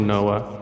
Noah